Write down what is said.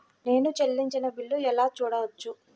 నేను చెల్లించిన బిల్లు ఎలా చూడవచ్చు?